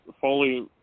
Foley